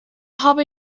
habe